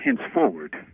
henceforward